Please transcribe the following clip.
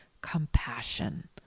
compassion